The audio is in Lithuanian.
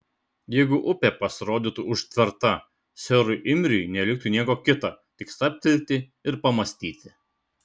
jeigu upė pasirodytų užtverta serui imriui neliktų nieko kita tik stabtelti ir pamąstyti